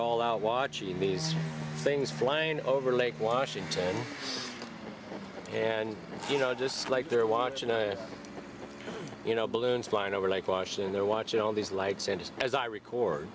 all out watching these things flying over lake washington and you know just like they're watching you know balloons flying over like washington they're watching all these lights and just as i record